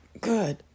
good